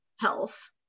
health